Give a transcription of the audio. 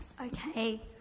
Okay